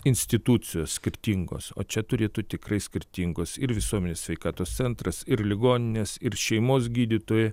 institucijos skirtingos o čia turėtų tikrai skirtingos ir visuomenės sveikatos centras ir ligoninės ir šeimos gydytojai